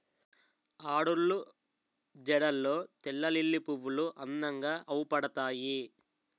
ఆడోళ్ళు జడల్లో తెల్లలిల్లి పువ్వులు అందంగా అవుపడతాయి